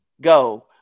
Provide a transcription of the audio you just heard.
go